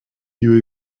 you